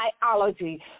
biology